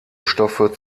stoffe